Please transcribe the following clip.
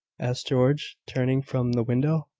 asked george, turning from the window.